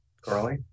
Carly